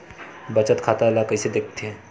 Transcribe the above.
बचत खाता ला कइसे दिखथे?